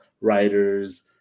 writers